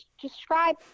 describe